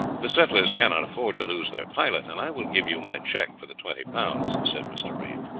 the settlers cannot afford to lose their pilot, and i will give you my cheque for the twenty pounds, said mr. reeve.